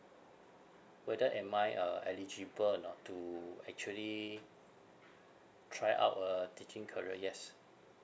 whether am I uh eligible or not to actually try out a teaching career yes